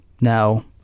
Now